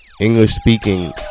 English-speaking